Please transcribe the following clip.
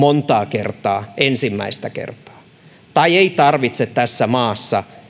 kertaa ensimmäistä kertaa ei tarvitse tässä maassa